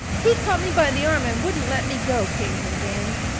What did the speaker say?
he caught me by the arm and wouldn't let me go, came from danny.